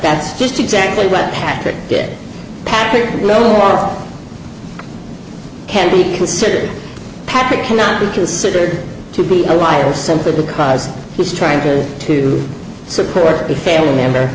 that's just exactly what patrick get to know all can be considered patrick cannot be considered to be a while simply because he's trying to to support a family member